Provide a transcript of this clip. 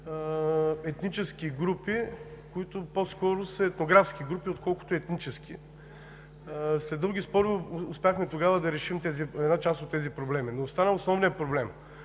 етнически групи, които по-скоро са етнографски групи, отколкото етнически. След дълги спорове успяхме тогава да решим една част от тези проблеми, но остана основният проблем,